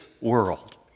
world